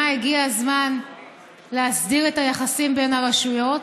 הגיע הזמן להסדיר את היחסים בין הרשויות,